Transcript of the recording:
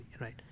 right